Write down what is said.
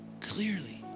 clearly